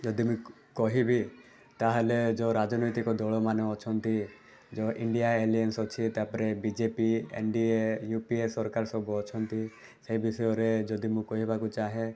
ଯଦି ମୁଁ କହିବି ତା'ହେଲେ ଯେଉଁ ରାଜନୈତିକ ଦଳମାନେ ଅଛନ୍ତି ଯେଉଁ ଇଣ୍ଡିଆ ଆଲିଏନ୍ସ ଅଛି ତା'ପରେ B J P N D A U P A ସରକାର ସବୁ ଅଛନ୍ତି ସେ ବିଷୟରେ ଯଦି ମୁଁ କହିବାକୁ ଚାହେଁ